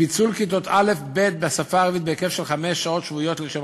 פיצול כיתות א' ב' בשפה הערבית בהיקף של חמש שעות שבועיות לשם